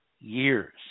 years